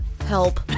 Help